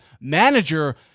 manager